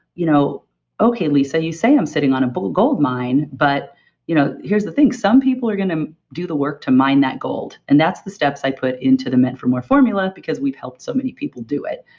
you know okay lisa, you say i'm sitting on a but gold mine but you know here's the thing, some people are going to do the work to mine that gold. and that's the steps i put into the meant for more formula because we've helped so many people do it.